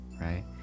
right